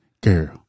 girl